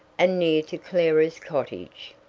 and near to clara's cottage.